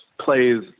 plays